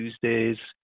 Tuesdays